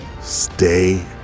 Stay